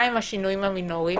מה הם השינויים המינוריים?